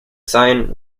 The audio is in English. seine